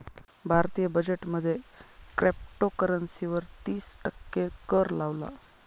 भारतीय बजेट मध्ये क्रिप्टोकरंसी वर तिस टक्के कर लावला